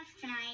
tonight